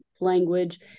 language